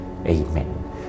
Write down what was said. Amen